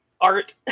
art